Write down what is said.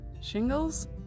Shingles